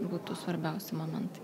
būtų svarbiausi momentai